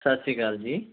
ਸਤਿ ਸ਼੍ਰੀ ਅਕਾਲ ਜੀ